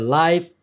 life